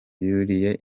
yuriye